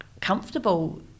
comfortable